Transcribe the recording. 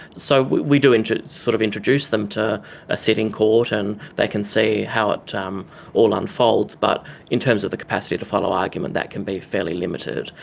so we do introduce sort of introduce them to a sitting court and they can see how it um all unfolds. but in terms of the capacity to follow argument that can be fairly limited.